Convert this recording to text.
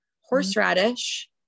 horseradish